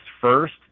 first